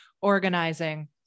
organizing